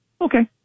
Okay